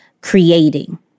creating